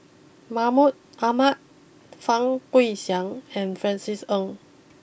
Mahmud Ahmad Fang Guixiang and Francis Ng